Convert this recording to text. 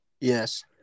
Yes